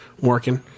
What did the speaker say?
working